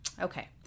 Okay